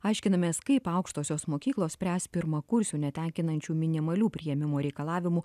aiškinamės kaip aukštosios mokyklos spręs pirmakursių netenkinančių minimalių priėmimo reikalavimų